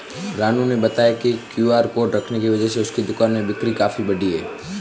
रानू ने बताया कि क्यू.आर कोड रखने की वजह से उसके दुकान में बिक्री काफ़ी बढ़ी है